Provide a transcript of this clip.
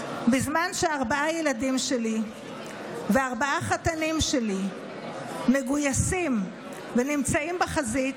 בזמן שארבעה ילדים שלי וארבעה חתנים שלי מגויסים ונמצאים בחזית,